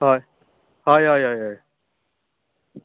हय हय हय हय हय